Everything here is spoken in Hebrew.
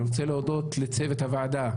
אני רוצה להודות לצוות הוועדה,